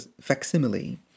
facsimile